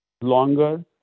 longer